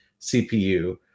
CPU